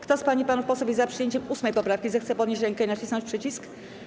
Kto z pań i panów posłów jest za przyjęciem 8. poprawki, zechce podnieść rękę i nacisnąć przycisk.